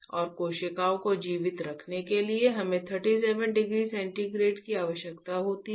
और कोशिकाओं को जीवित रखने के लिए हमें 37 डिग्री सेंटीग्रेड की आवश्यकता होती है